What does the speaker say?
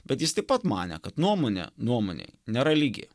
bet jis taip pat manė kad nuomonė nuomonei nėra lygi